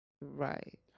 Right